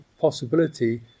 possibility